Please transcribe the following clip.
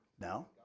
No